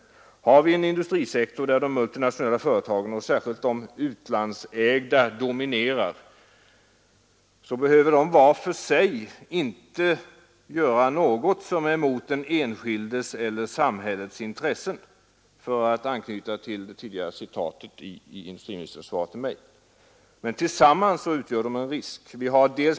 Har vi en industrisektor där de multinationella företagen, särskilt de utlandsägda, dominerar så behöver de var för sig inte göra något som strider mot den enskildes eller samhällets intressen — för att anknyta till det tidigare citatet ur industriministerns svar — men tillsammans utgör de en risk.